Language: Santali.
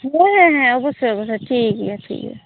ᱦᱮᱸ ᱦᱮᱸ ᱚᱵᱳᱥᱥᱚᱭ ᱚᱵᱳᱥᱥᱚᱭ ᱴᱷᱤᱠ ᱜᱮᱭᱟ ᱴᱷᱤᱠ ᱜᱮᱭᱟ